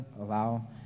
allow